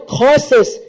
causes